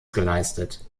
geleistet